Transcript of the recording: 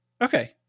Okay